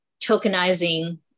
tokenizing